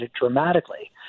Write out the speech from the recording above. dramatically